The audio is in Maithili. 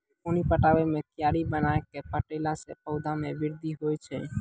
पानी पटाबै मे कियारी बनाय कै पठैला से पौधा मे बृद्धि होय छै?